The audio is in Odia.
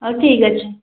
ହଉ ଠିକ୍ ଅଛି